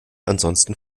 ansonsten